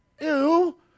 Ew